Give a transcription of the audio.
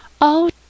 Oh